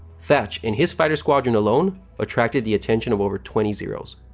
thach, in his fighter squadron alone, attracted the attention of over twenty zeros.